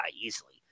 easily